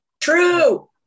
true